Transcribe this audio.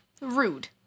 Rude